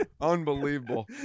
Unbelievable